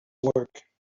work